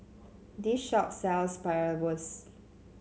this shop sells Bratwurst